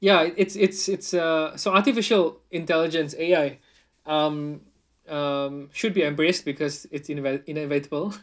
ya it's it's it's uh so artificial intelligence A_I um um should be embraced because it's in~ inevitable